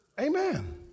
amen